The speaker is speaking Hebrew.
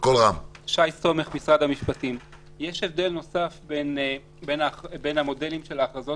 יש הבדל נוסף בין המודלים של ההחרגות